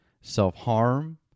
self-harm